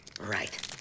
Right